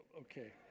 okay